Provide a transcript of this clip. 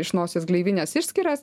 iš nosies gleivinės išskyras